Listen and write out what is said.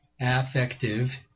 affective